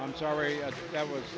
i'm sorry that was